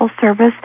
service